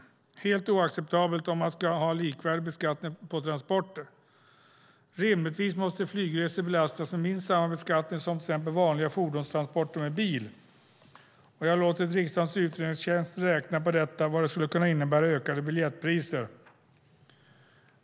Det är helt oacceptabelt om man ska ha en likvärdig beskattning på transporter. Rimligtvis måste flygresor belastas med minst samma beskattning som till exempel vanliga fordonstransporter med bil. Jag har låtit riksdagens utredningstjänst räkna på detta och vad det skulle kunna innebära i ökade biljettpriser.